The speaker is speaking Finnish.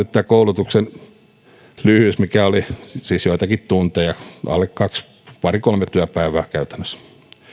aikaisemmin mainittu koulutuksen lyhyys mikä oli siis joitakin tunteja pari kolme työpäivää käytännössä